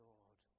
Lord